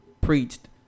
preached